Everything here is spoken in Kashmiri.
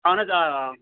اہن حظ آ آ